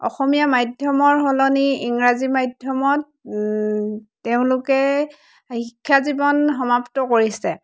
অসমীয়া মাধ্যমৰ সলনি ইংৰাজী মাধ্যমত তেওঁলোকে শিক্ষাজীৱন সমাপ্ত কৰিছে